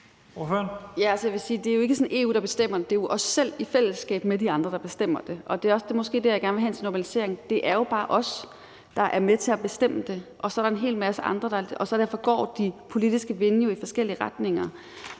at det jo ikke er EU, der bestemmer det. Det er jo os selv i fællesskab med de andre, der bestemmer det. Og det er måske også der, jeg gerne vil hen, altså til en normalisering: Det er jo bare os, der er med til at bestemme det, og så er der en hel masse andre med, så derfor blæser de politiske vinde i forskellige retninger.